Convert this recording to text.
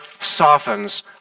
softens